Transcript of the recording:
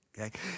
okay